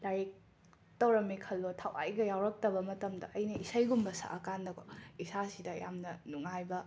ꯂꯥꯏꯔꯤꯛ ꯇꯧꯔꯝꯃꯦ ꯈꯜꯂꯣ ꯊꯋꯥꯏꯒ ꯌꯥꯎꯔꯛꯇꯕ ꯃꯇꯝꯗ ꯑꯩꯅ ꯏꯁꯩꯒꯨꯝꯕ ꯁꯛꯑꯀꯥꯟꯗꯀꯣ ꯏꯁꯥꯁꯤꯗ ꯌꯥꯝꯅ ꯅꯨꯡꯉꯥꯏꯕ